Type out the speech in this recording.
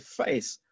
face